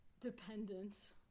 dependence